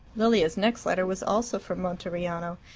lilia's next letter was also from monteriano,